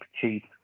cheap